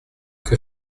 que